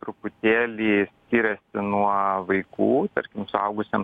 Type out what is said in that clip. truputėlį skiriasi nuo vaikų tarkim suaugusiems